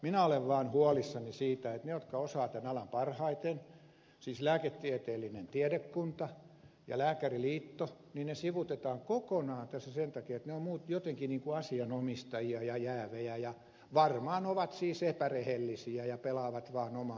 minä olen vaan huolissani siitä että ne jotka osaavat tämän alan parhaiten siis lääketieteellinen tiedekunta ja lääkäriliitto sivuutetaan kokonaan tässä sen takia että ne ovat jotenkin niin kuin asianomistajia ja jäävejä ja varmaan ovat siis epärehellisiä ja pelaavat vaan omaan pussiinsa